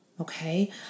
okay